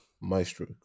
maestro